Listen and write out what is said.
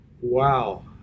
Wow